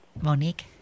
Monique